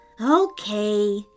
Okay